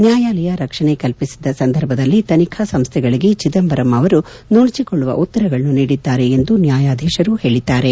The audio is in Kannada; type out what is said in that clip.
ನ್ನಾಯಾಲಯ ರಕ್ಷಣೆ ಕಲ್ಪಿಸಿದ್ದ ಸಂದರ್ಭದಲ್ಲಿ ತನಿಖಾ ಸಂಸ್ಥೆಗಳಗೆ ಚಿದಂಬರಂ ಅವರು ನುಣುಚಿಕೊಳ್ಳುವ ಉತ್ತರಗಳನ್ನು ನೀಡಿದ್ದಾರೆ ಎಂದು ನ್ಯಾಯಾಧೀಶರು ಹೇಳಿದ್ದಾರೆ